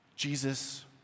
Jesus